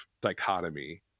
dichotomy